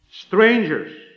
strangers